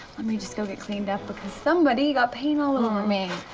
let me just go get cleaned up, because somebody got paint all and over me.